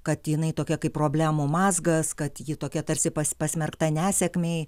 kad jinai tokia kaip problemų mazgas kad ji tokia tarsi pas pasmerkta nesėkmei